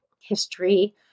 history